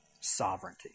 Sovereignty